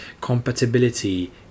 compatibility